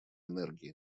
энергии